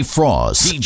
Frost